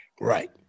Right